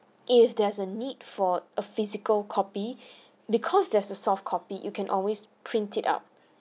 if there's a need for a physical copy because there's a soft copy you can always print it out